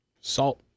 Salt